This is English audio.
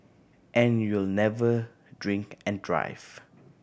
and you'll never drink and drive